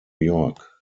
york